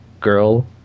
girl